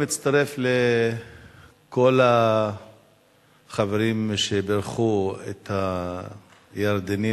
אני מצטרף לכל החברים שבירכו את הירדנים,